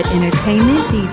Entertainment